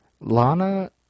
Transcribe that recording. Lana